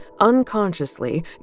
unconsciously